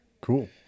Cool